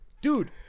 Dude